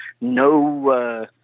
no